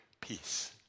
peace